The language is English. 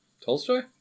Tolstoy